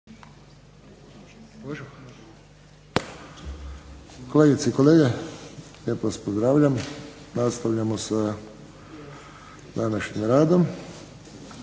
Kolegice i kolege, lijepo vas pozdravljam. Nastavljamo sa današnjim radom.